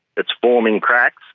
it's forming cracks,